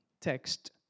text